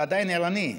אתה עדיין ערני.